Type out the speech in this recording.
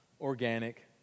organic